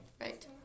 Right